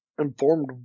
informed